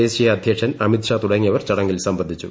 ദേശീയ അധ്യക്ഷൻ അമിത് ഷാ തുടങ്ങിയവർ ചടങ്ങിൽ സംബന്ധിച്ചു